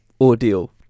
ordeal